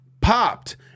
popped